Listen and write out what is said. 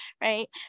right